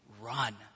run